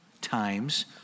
times